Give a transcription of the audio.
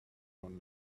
one